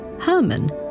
Herman